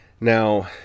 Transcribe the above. Now